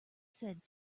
said